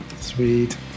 Sweet